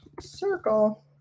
circle